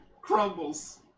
crumbles